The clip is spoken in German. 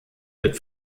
wird